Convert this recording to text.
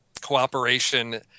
cooperation